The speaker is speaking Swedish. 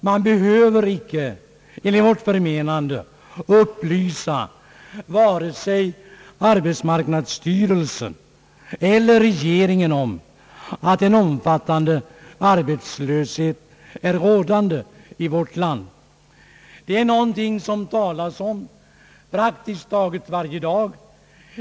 Man behöver enligt vårt förmenande inte upplysa vare sig arbetsmarknadsstyrelsen eller regeringen om att en omfattande arbetslöshet råder i vårt land. Det är någonting som det talas om praktiskt taget varje dag.